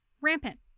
rampant